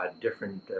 different